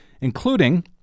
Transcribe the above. including